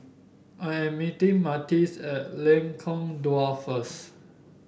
I am meeting Matias at Lengkong Dua first